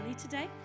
Today